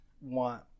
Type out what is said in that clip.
want